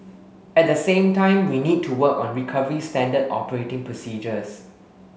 at the same time we need to work on recovery standard operating procedures